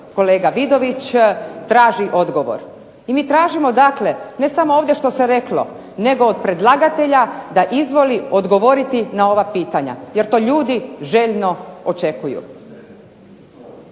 kolega Vidović, traži odgovor. I mi tražimo dakle ne samo ovdje što se reklo nego od predlagatelja da izvoli odgovoriti na ova pitanja, jer to ljudi željno očekuju.